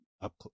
up